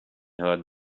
heard